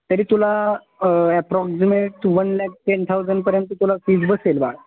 तरी तुला approximate one lakh ten थाउजंडपर्यंत तुला फीज बसेल बाळ